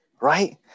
right